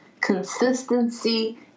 consistency